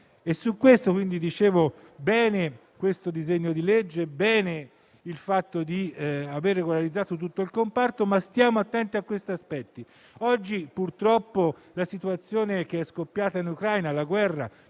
quindi che questo disegno di legge abbia regolarizzato tutto il comparto, ma stiamo attenti a questi aspetti. Oggi, purtroppo, la situazione che è scoppiata in Ucraina, la guerra